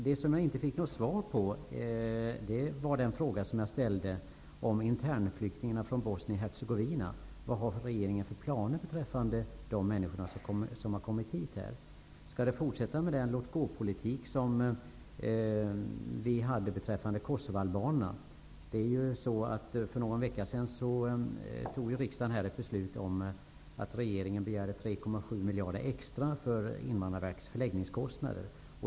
Det som jag inte fick något svar på var den fråga som jag ställde om internflyktingarna från Bosnien Hercegovina. Vilka planer har regeringen för de människor som har kommit hit? Skall man fortsätta med den låt-gå-politik som vi hade i fråga om kosovoalbanerna? För någon vecka sedan fattade ju riksdagen beslut om regeringens begäran på 3,7 miljarder extra för Invandrarverkets förläggningskostnader.